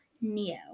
Neo